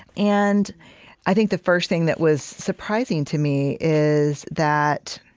and i think the first thing that was surprising to me is that